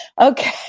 Okay